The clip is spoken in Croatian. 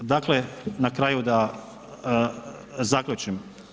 Dakle, na kraju da zaključim.